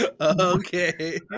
okay